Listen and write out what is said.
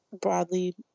Broadly